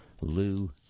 Lou